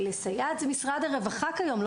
זה משרד הרווחה כיום.